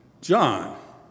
John